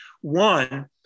One